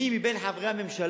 אם למי מבין חברי הממשלה,